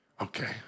Okay